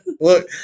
Look